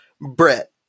Brett